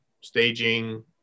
staging